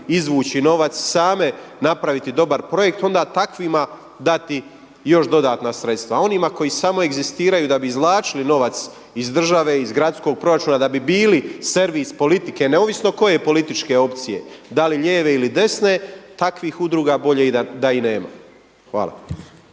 izvući novac, same napraviti dobar projekt onda takvima dati još dodatna sredstva. Onima koji samo egzistiraju da bi izvlačili novac iz države, iz gradskog proračuna da bi bili servis politike neovisno koje političke opcije da li lijeve ili desne takvih udruga bolje i da nema. Hvala.